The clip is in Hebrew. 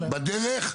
בדרך,